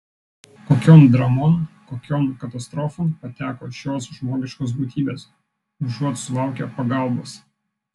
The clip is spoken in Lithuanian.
kokion dramon kokion katastrofon pateko šios žmogiškos būtybės užuot sulaukę pagalbos